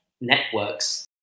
networks